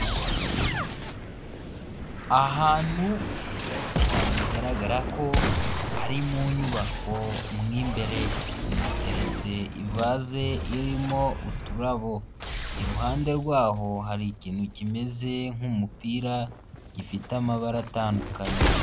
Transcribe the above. Ahantu heza cyane bigaragara ko ari mu nyubako mo ibere, hateretse ivaze irimo uturabo, iruhande rwaho hari ikintu kimeze nk'umupira gifite amabara atandukanye.